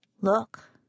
Look